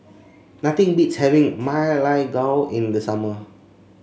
nothing beats having Ma Lai Gao in the summer